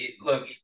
look